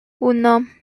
uno